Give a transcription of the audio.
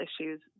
issues